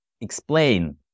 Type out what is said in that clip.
explain